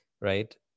Right